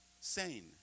sane